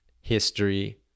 history